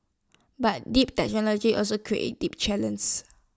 but deep technology also creates deep challenges